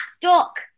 duck